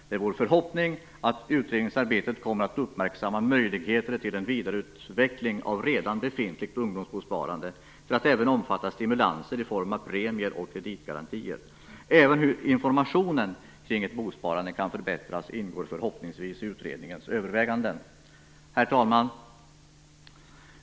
Det är vår förhoppning att man i utredningsarbetet kommer att uppmärksamma möjligheterna till en vidareutveckling av redan befintligt ungdomsbosparande, så det även omfattar stimulanser i form av premier och kreditgarantier. Förhoppningsvis ingår även frågan om hur informationen kring bosparande kan förbättras i utredningens överväganden. Herr talman!